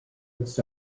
this